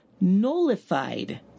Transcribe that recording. nullified